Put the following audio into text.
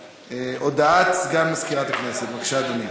הודעה לסגן מזכירת הכנסת, בבקשה, אדוני.